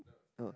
oh